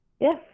Yes